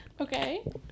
Okay